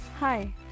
Hi